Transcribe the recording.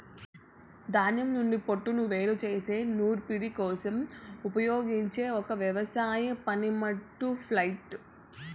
ధాన్యం నుండి పోట్టును వేరు చేసే నూర్పిడి కోసం ఉపయోగించే ఒక వ్యవసాయ పనిముట్టు ఫ్లైల్